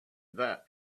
that